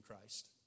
Christ